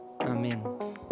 Amen